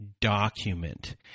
document